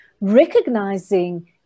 Recognizing